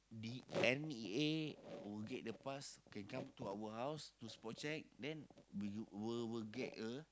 the N_E_A would get the pass can come our house to spot check then we will will get a